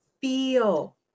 feel